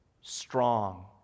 strong